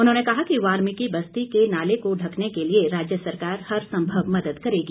उन्होंने कहा कि वाल्मीकि बस्ती के नाले को ढकने के लिए राज्य सरकार हर संभव मदद करेगी